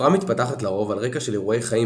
ההפרעה מתפתחת לרוב על רקע של אירועי חיים